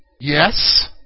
Yes